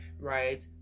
right